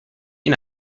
این